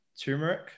turmeric